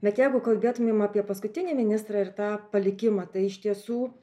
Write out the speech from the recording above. bet jeigu kalbėtume apie paskutinį ministrą ir tą palikimą tai iš tiesų